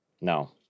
No